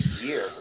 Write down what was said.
year